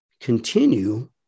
continue